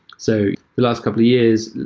so the last couple of years,